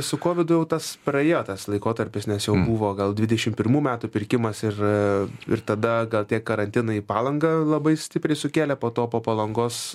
su kovidu jau tas praėjo tas laikotarpis nes jau buvo gal dvidešimt pirmų metų pirkimas ir ir tada gal tie karantinai į palangą labai stipriai sukėlė po to po palangos